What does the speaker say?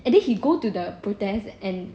and then he go to the protest and